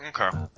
okay